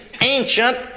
ancient